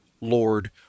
Lord